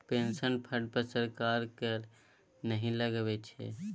pension fund पर सरकार कर नहि लगबै छै